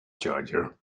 charger